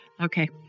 okay